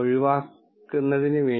അപ്പോൾ ഞങ്ങൾ ഇത് എങ്ങനെ പെനലൈസ് ചെയ്യും